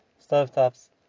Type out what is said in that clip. stovetops